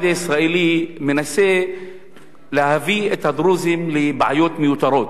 הישראלי מנסה להביא את הדרוזים לבעיות מיותרות.